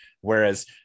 Whereas